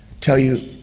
tell you